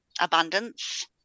abundance